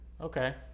Okay